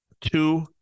Two